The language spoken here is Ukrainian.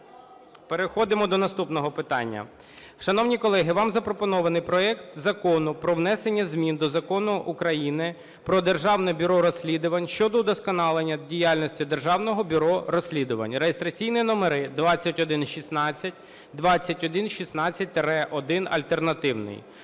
Переходимо до наступного питання. Шановні колеги, вам запропонований проект Закону про внесення змін до Закону України "Про Державне бюро розслідувань" щодо удосконалення діяльності Державного бюро розслідувань. Реєстраційні номери: 2116, 2116-1 (альтернативний).